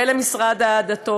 ולמשרד לשירותי דת,